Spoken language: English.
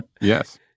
yes